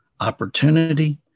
opportunity